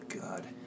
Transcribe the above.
god